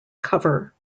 cover